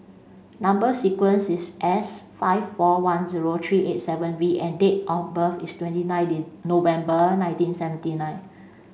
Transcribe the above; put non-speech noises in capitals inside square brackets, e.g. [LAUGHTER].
number sequence is S five four one zero three eight seven V and date of birth is twenty [UNINTELLIGIBLE] November nineteen seventy nine